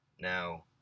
Now